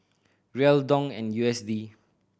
Riel Dong and U S D